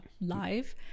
live